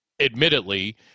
admittedly